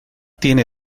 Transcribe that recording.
tiene